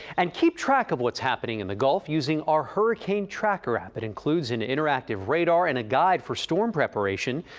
and keep track of what's happening in the gulf using our hurricane tracker app. it includes an interactive radar and a guide for storm preparation.